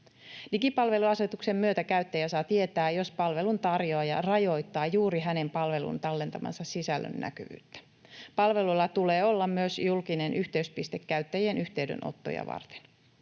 Digipalveluasetuksen myötä käyttäjä saa tietää, jos palveluntarjoaja rajoittaa juuri hänen palveluun tallentamansa sisällön näkyvyyttä. Palveluilla tulee olla myös julkinen yhteyspiste käyttäjien yhteydenottoja varten.